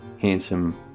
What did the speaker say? handsome